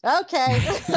okay